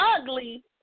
ugly